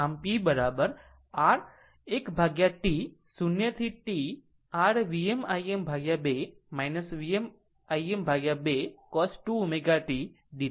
આમ p r 1T 0 to T r Vm Im2 Vm Im2 cos 2 ω t dt